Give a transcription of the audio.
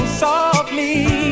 softly